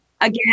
again